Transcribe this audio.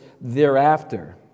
thereafter